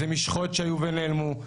אלו משחות שהיו ונעלמו,